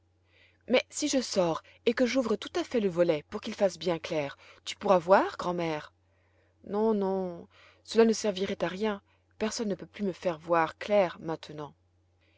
mais si je sors et que j'ouvre tout à fait le volet pour qu'il fasse bien clair tu pourras voir grand'mère non non cela ne servirait à rien personne ne peut plus me faire voir clair maintenant